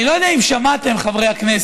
אני לא יודע אם שמעתם, חברי הכנסת,